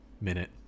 minute